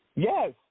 Yes